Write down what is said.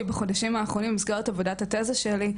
בחודשים האחרונים במסגרת עבודת התזה שלי,